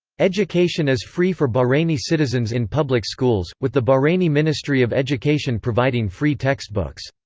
education is free for bahraini citizens in public schools, with the bahraini ministry of education providing free textbooks.